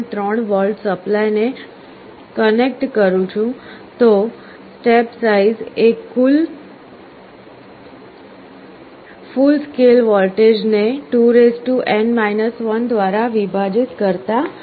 3 volt supply ને connect કરું છું તો સ્ટેપ સાઈઝ એ ફુલ સ્કેલ વોલ્ટેજ ને દ્વારા વિભાજિત કરતા મળશે